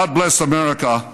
God bless America,